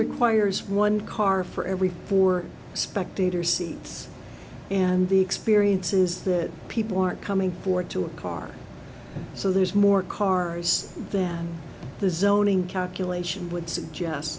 requires one car for every four spectator seats and the experience is that people are coming forward to a car so there's more cars than the zoning calculation would suggest